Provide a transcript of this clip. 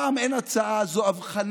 הפעם אין הצעה, זו אבחנה.